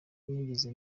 nigeze